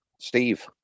Steve